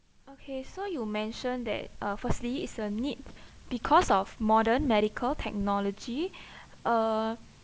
okay so you mentioned that uh firstly it's a need because of modern medical technology uh